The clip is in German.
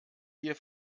wir